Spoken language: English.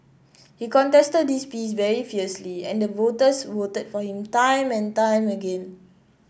he contested this piece very fiercely and the voters voted for him time and time again